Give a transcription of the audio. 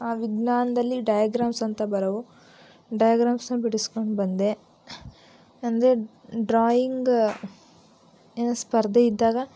ವಿಜ್ಞಾನದಲ್ಲಿ ಡೈಗ್ರಾಮ್ಸ್ ಅಂತ ಬರೋವು ಡೈಗ್ರಾಮ್ಸನ್ನು ಬಿಡಿಸಿಕೊಂಡು ಬಂದೆ ಅಂದರೆ ಡ್ರಾಯಿಂಗ್ ಸ್ಪರ್ಧೆ ಇದ್ದಾಗ